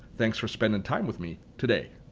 thanks for spending time with me today.